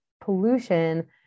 pollution